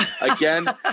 again